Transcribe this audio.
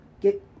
get